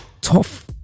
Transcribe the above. tough